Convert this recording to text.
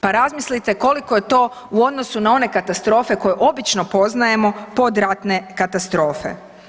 Pa razmislite koliko je to u odnosu na one katastrofe koje obično poznajemo pod ratne katastrofe.